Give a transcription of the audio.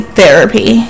therapy